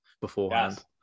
beforehand